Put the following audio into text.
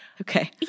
Okay